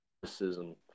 criticism